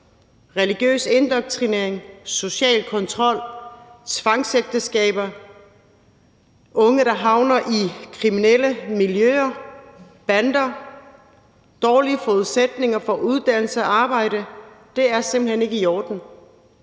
Religiøs indoktrinering, social kontrol, tvangsægteskaber, unge, der havner i kriminelle miljøer, bander, dårlige forudsætninger for uddannelse og arbejde – det er simpelt hen ikke i orden,